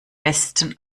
besten